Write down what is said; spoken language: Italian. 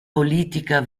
politica